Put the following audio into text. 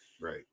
right